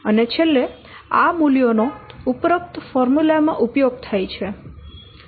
અને છેલ્લે આ મૂલ્યો નો ઉપરોક્ત ફોર્મ્યુલા માં ઉપયોગ થાય છે